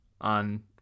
on